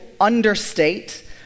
understate